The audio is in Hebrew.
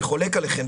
אני חולק עליכם,